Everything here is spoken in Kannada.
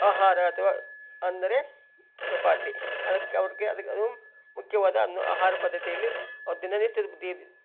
ಆಹಾರ ಅಥವಾ ಅಂದರೆ ಚಪಾತಿ ಅದಕ್ಕೆ ಅವರಿಗೆ ಅದು ಅದು ಮುಖ್ಯವಾದ ಒಂದು ಆಹಾರ ಪದ್ಧತಿಯಲ್ಲಿ ಅವ್ರ ದಿನನಿತ್ಯದ ಬ್ ದಿನ